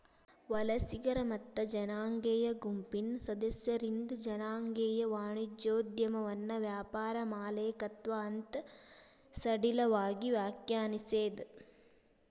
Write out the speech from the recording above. ವಲಸಿಗರ ಮತ್ತ ಜನಾಂಗೇಯ ಗುಂಪಿನ್ ಸದಸ್ಯರಿಂದ್ ಜನಾಂಗೇಯ ವಾಣಿಜ್ಯೋದ್ಯಮವನ್ನ ವ್ಯಾಪಾರ ಮಾಲೇಕತ್ವ ಅಂತ್ ಸಡಿಲವಾಗಿ ವ್ಯಾಖ್ಯಾನಿಸೇದ್